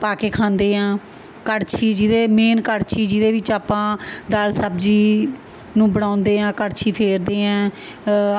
ਪਾ ਕੇ ਖਾਂਦੇ ਹਾਂ ਕੜਛੀ ਜਿਹਦੇ ਮੇਨ ਕੜਛੀ ਜਿਹਦੇ ਵਿੱਚ ਆਪਾਂ ਦਾਲ ਸਬਜ਼ੀ ਨੂੰ ਬਣਾਉਂਦੇ ਹਾਂ ਕੜਛੀ ਫੇਰਦੇ ਹੈ